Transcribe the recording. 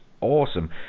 awesome